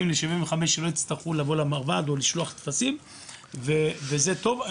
ל-75 שלא יצטרכו לבוא למרב"ד או לשלוח טפסים וזה טוב.